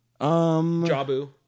Jabu